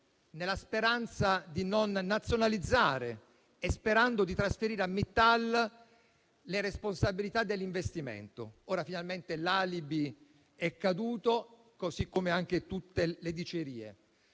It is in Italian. nella speranza di non nazionalizzare e sperando di trasferire a Mittal le responsabilità dell'investimento. Ora finalmente l'alibi è caduto, così come anche tutte le dicerie.